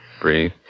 Breathe